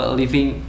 living